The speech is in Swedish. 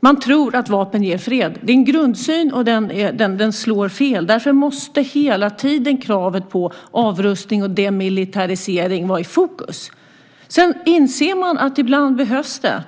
Man tror att vapen ger fred. Det är en grundsyn, och den slår fel. Därför måste hela tiden kravet på avrustning och demilitarisering vara i fokus. Sedan inser man att ibland behövs det.